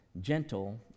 gentle